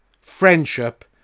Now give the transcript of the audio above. friendship